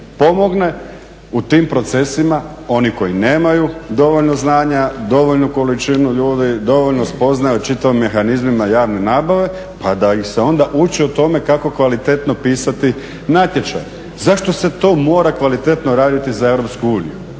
pomogne u tim procesima, oni koji nemaju dovoljno znanja, dovoljnu količinu ljudi, dovoljno spoznaju, čitaju o mehanizmima javne nabave, pa da ih se onda uči o tome kako kvalitetno pisati natječaj. Zašto se to mora kvalitetno raditi za EU?